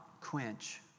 quench